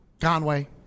Conway